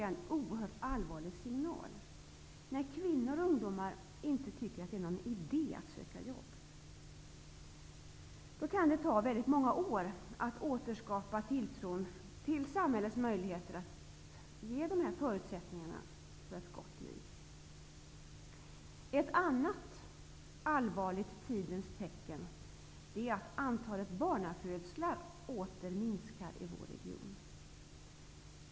Det är en oerhört allvarlig signal att kvinnor och ungdomar inte tycker att det är någon idé att söka jobb. Det kan då ta många år att återskapa tilltron till samhällets möjligheter att ge förutsättningarna för ett gott liv. Ett annat allvarligt tidens tecken är att antalet barnafödslar åter minskar i vår region.